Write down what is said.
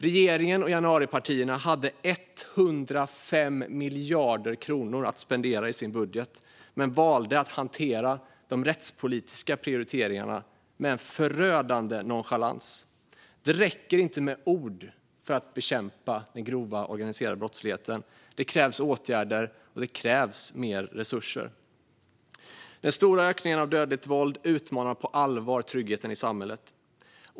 Regeringen och januaripartierna hade 105 miljarder att spendera i sin budget men valde att hantera de rättspolitiska prioriteringarna med en förödande nonchalans. Det räcker inte med ord för att bekämpa den grova organiserade brottsligheten. Det krävs åtgärder, och det krävs mer resurser. Den stora ökningen av dödligt våld utmanar på allvar tryggheten i samhället.